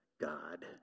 God